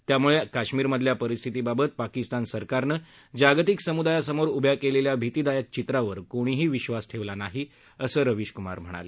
त्याम्ळे काश्मीरमधल्या परिस्थितीबाबत पाकिस्तान सरकारनं जागतिक समुदायासमोर उभ्या केलेल्या भीतीदायक चित्रावर कोणीही विश्वास ठेवला नाही असं रवीश क्मार म्हणाले